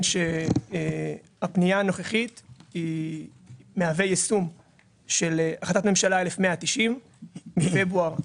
הפנייה הנוכחית מהווה יישום של החלטת ממשלה 1190 מפברואר השנה,